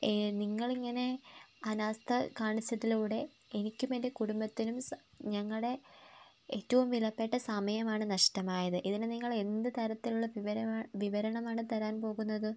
ഏഹ് നിങ്ങളിങ്ങനെ അനാസ്ഥ കാണിച്ചതിലൂടെ എനിക്കും എൻ്റെ കുടുംബത്തിനും സ ഞങ്ങളുടെ ഏറ്റവും വിലപ്പെട്ട സമയമാണ് നഷ്ടമായത് ഇതിന് നിങ്ങൾ എന്ത് തരത്തിലുള്ള വിവരം വിവരണമാണ് തരാൻ പോകുന്നത്